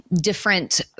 different